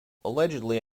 allegedly